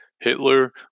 Hitler